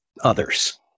others